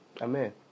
Amen